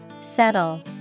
Settle